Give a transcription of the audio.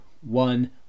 one